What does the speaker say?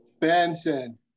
Benson